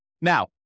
Now